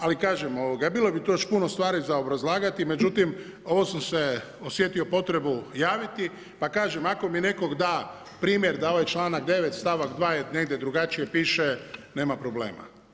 Ali kažem, bilo bi tu još puno stvari za obrazlagati, međutim ovo sam se osjetio potrebu javiti pa kažem, ako mi neko da primjer da ovaj članak 9. stavak 2. negdje drugačije piše, nema problema.